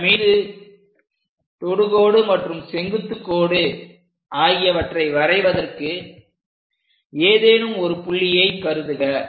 அதன் மீது தொடுகோடு மற்றும் செங்குத்துக் கோடு ஆகியவற்றை வரைவதற்கு ஏதேனும் ஒரு புள்ளியை கருதுக